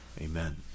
Amen